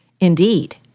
Indeed